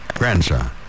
grandson